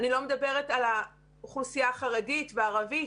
אני לא מדברת על האוכלוסייה החרדית והערבית,